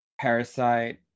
Parasite